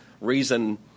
reason